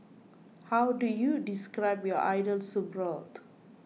how do you describe your ideal soup broth